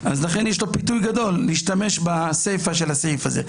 לכן יש לו פיתוי גדול להשתמש בסיפא של הסעיף הזה.